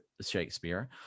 Shakespeare